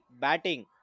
Batting